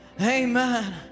Amen